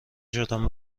شدم